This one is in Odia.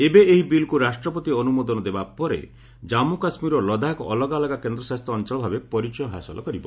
ଏବେ ଏହି ବିଲ୍କୁ ରାଷ୍ଟ୍ରପତି ଅନୁମୋଦନ ଦେବା ପରେ କାମ୍ମୁ କାଶ୍ମୀର ଓ ଲଦାଖ୍ ଅଲଗା ଅଲଗା କେନ୍ଦ୍ରଶାସିତ ଅଞ୍ଞଳ ଭାବେ ପରିଚୟ ହାସଲ କରିବ